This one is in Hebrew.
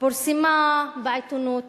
פורסמה בעיתונות